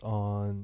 on